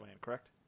correct